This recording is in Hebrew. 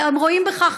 והם רואים בכך,